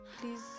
please